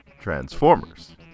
Transformers